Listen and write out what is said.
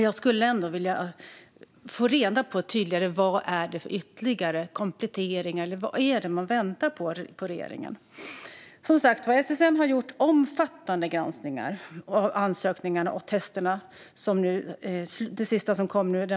Jag skulle ändå vilja få reda på tydligare vad det är för ytterligare kompletteringar eller annat som regeringen väntar på. SSM har som sagt gjort omfattande granskningar av ansökningarna och testerna.